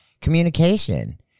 communication